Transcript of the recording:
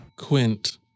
Quint